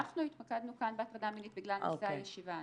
אנחנו התמקדנו כאן בהטרדה מינית בגלל נושא הישיבה.